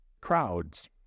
crowds